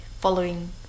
following